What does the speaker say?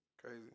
Crazy